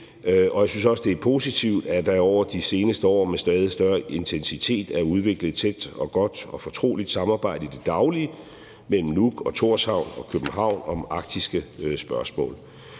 og jeg synes også, det er positivt, at der over de seneste år med en stadig større intensitet er udviklet et tæt, godt og fortroligt samarbejde i det daglige mellem Nuuk, Tórshavn og København om arktiske spørgsmål.